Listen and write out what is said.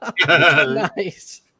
Nice